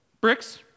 Bricks